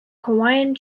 hawaiian